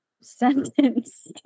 Sentence